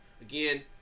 Again